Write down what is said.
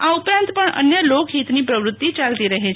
આ ઉપરાંત પણ અન્ય લોક ફિતની પ્રવૃત્તિ ચાલતી રહે છે